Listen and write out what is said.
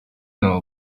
know